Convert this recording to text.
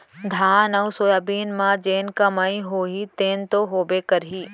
धान अउ सोयाबीन म जेन कमाई होही तेन तो होबे करही